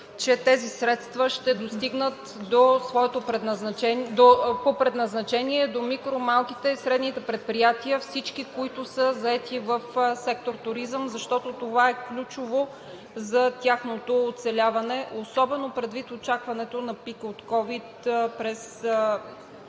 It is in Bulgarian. че тези средства ще достигнат до своето предназначение до микро-, малките и средните предприятия всички, които са заети в сектор „Туризъм“, защото това е ключово за тяхното оцеляване особено предвид очакването на пика от ковид